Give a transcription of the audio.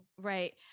right